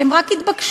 שהם רק התבקשו,